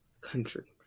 country